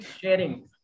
sharing